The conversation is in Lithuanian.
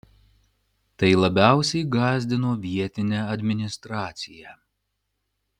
tai labiausiai gąsdino vietinę administraciją